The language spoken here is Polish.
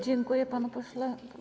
Dziękuję, panie pośle.